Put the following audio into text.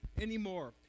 anymore